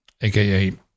aka